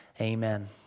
Amen